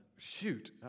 Shoot